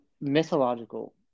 mythological